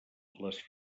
les